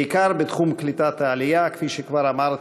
בעיקר בתחום קליטת העלייה, כפי שכבר אמרתי,